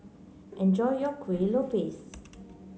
enjoy your Kueh Lopes